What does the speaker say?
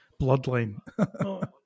bloodline